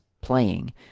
playing